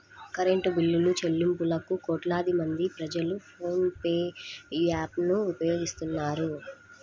current బిల్లులుచెల్లింపులకు కోట్లాది మంది ప్రజలు ఫోన్ పే యాప్ ను వినియోగిస్తున్నారు